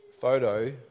photo